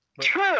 True